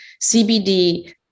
CBD